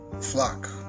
flock